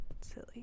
silly